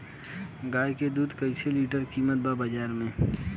गाय के दूध कइसे लीटर कीमत बा बाज़ार मे?